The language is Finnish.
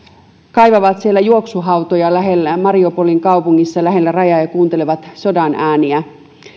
kaivavat juoksuhautoja mariupolin kaupungissa lähellä rajaa ja kuuntelevat sodan ääniä